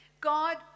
God